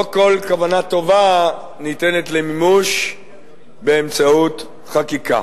לא כל כוונה טובה ניתנת למימוש באמצעות חקיקה.